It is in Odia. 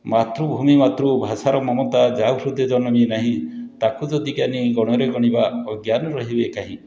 ମାତୃଭୂମି ମାତୃଭାଷାର ମମତା ଯାହା ହୃଦେ ଜନମି ନାହିଁ ତାକୁ ଯଦି ଜ୍ଞାନୀ ଗଣରେ ଗଣିବା ଅଜ୍ଞାନ ରହିବେ କାହିଁ